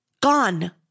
Gone